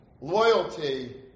loyalty